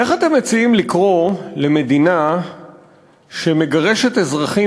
איך אתם מציעים לקרוא למדינה שמגרשת אזרחים